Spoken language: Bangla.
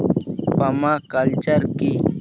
পার্মা কালচার কি?